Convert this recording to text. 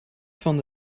van